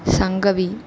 Sangavi